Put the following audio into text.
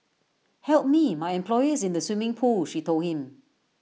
help me my employer is in the swimming pool she told him